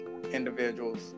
individuals